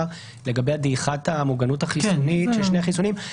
לגבי דעיכת המוגנות החיסונית של שני החיסונים.